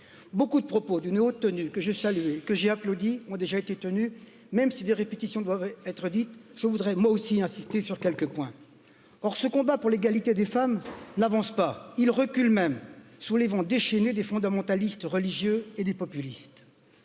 Beaucoup de proposs d'une haute tenue, que j'ai saluée et que j'ai applaudi ont déjà été tenus même si des répétitions doivent être dites je voudrais moi aussi insister sur quelques points hors ce combat pour l'égalité des femmes n'avance pas même sous les vents déchaînés des fondamentalistes religieux et des populistes